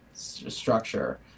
Structure